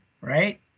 right